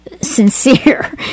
sincere